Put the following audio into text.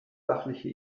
sachliche